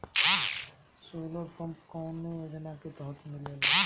Solar pump कौने योजना के तहत मिलेला?